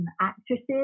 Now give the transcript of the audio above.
actresses